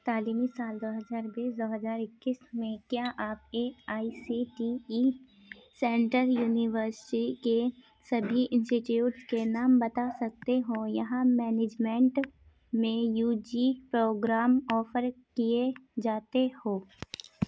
تعلیمی سال دو ہزار بیس دو ہزار اکیس میں کیا آپ A I C T E central university کے سبھی انسٹی ٹیوٹس کے نام بتا سکتے ہو یہاں مینجمنٹ میں یو جی پروگرام آفر کیے جاتے ہو